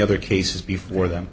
other cases before them